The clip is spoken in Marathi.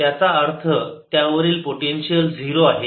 त्याचा अर्थ त्यावरील पोटेन्शियल 0 आहे